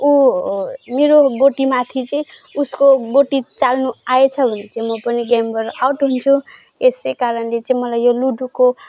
ऊ मेरो गोटीमाथि चाहिँ उसको गोटी चाल्नु आएछ भने चाहिँ म पनि गेमबाट आउट हुन्छु यसै कारणले चाहिँ मलाई लुडोको